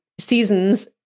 seasons